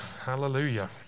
Hallelujah